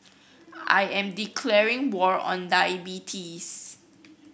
I am declaring war on diabetes